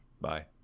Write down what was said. Bye